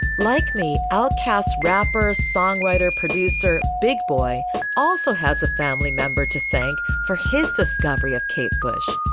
like me, i'll cast rapper songwriter producer big boi also has a family member to thank for his discovery of kate bush,